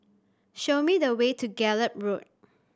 show me the way to Gallop Road